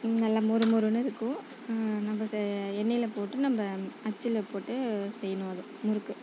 நல்லா மொறுமொறுனு இருக்கும் நம்ம ச எண்ணெயில் போட்டு நம்ம அச்சில் போட்டு செய்யணும் அது முறுக்கு